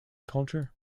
culture